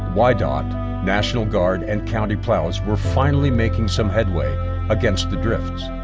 wydot, national guard, and county plows were finally making some headway against the drifts.